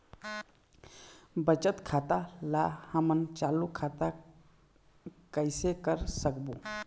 बचत खाता ला हमन चालू खाता कइसे कर सकबो?